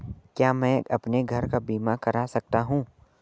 क्या मैं अपने घर का बीमा करा सकता हूँ?